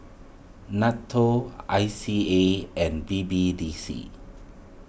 Nato I C A and B B D C